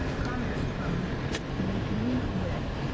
comment from nisreen witt.